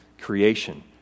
Creation